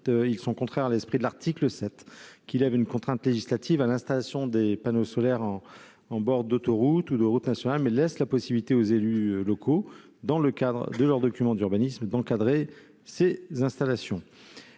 sont contraires à l'esprit de l'article 7, qui lève une contrainte législative à l'installation des panneaux solaires en bord d'autoroutes ou de routes nationales, mais qui laisse la possibilité aux élus locaux, dans le cadre de leurs documents d'urbanisme, d'encadrer ces installations.